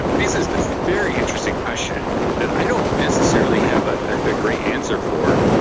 raises this very interesting question that i don't necessarily have a ah great answer for,